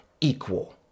equal